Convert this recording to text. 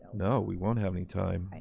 no, we won't have any time. right,